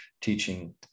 teaching